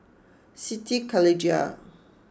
Siti Khalijah